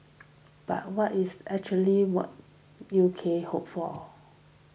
but what is actually what U K hopes for